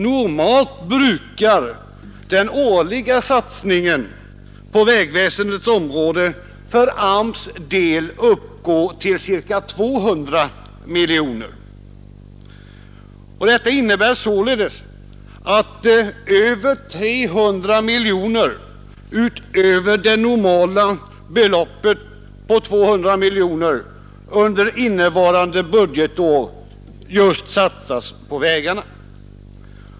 Normalt brukar den årliga satsningen på vägväsendets område för arbetsmarknadsstyrelsens del uppgå till ca 200 miljoner kronor. Detta innebär således att över 300 miljoner kronor utöver det normala beloppet på 200 miljoner kronor under innevarande budgetår satsas på vägarna.